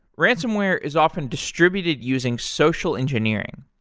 ransomware is often distributed using social engineering.